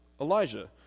Elijah